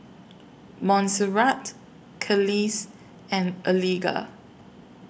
Monserrat Kelis and Eliga